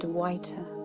whiter